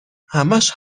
همش